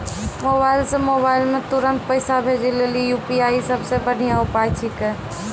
mobile से mobile मे तुरन्त पैसा भेजे लेली यू.पी.आई सबसे बढ़िया उपाय छिकै